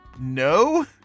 no